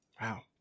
wow